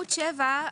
עבודה.